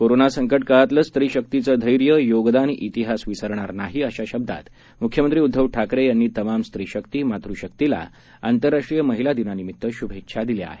corona संकट काळातलं स्त्रीशकीचं धैर्य योगदान इतिहास विसरणार नाही अशा शब्दांत मुख्यमंत्री उद्दव ठाकरे यांनी तमाम स्त्रीशक्ती मातू शक्तीला आंतरराष्ट्रीय महिला दिनानिमित्त शुभेच्छा दिल्या आहेत